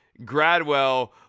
Gradwell